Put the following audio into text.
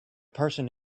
person